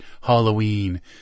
Halloween